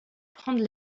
prendre